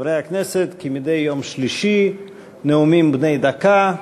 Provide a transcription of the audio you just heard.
חברי הכנסת, כמדי יום שלישי, נאומים בני דקה.